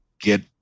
get